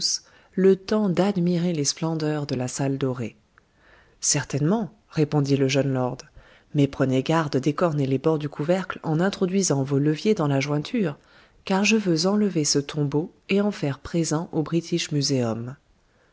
le temps d'admirer les splendeurs de la salle dorée certainement répondit le jeune lord mais prenez garde d'écorner les bords du couvercle en introduisant vos leviers dans la jointure car je veux enlever ce tombeau et en faire présent au british muséum